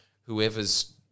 whoever's